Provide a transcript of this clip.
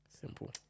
Simple